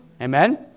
Amen